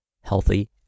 healthy